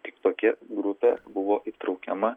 tik tokia grupė buvo įtraukiama